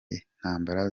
intambara